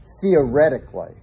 theoretically